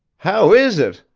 how is it?